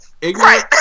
ignorant